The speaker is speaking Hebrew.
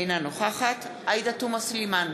אינה נוכחת עאידה תומא סלימאן,